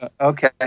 Okay